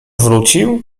wrócił